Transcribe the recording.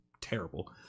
terrible